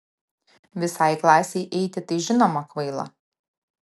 visai klasei eiti tai žinoma kvaila